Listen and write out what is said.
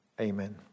amen